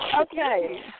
Okay